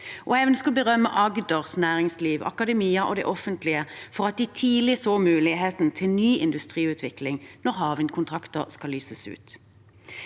å berømme Agders næringsliv, akademia og det offentlige for at de tidlig så muligheten til ny industriutvikling når havvindkontrakter skal lyses ut.